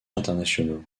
internationaux